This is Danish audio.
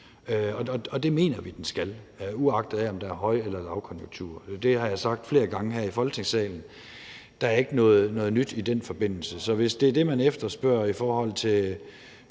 Det mener vi den skal, uagtet om der er høj- eller lavkonjunktur. Det har jeg sagt flere gange her i Folketingssalen, og der er ikke noget nyt i den forbindelse. Så hvis det er det, man efterspørger i forhold til